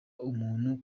umuntu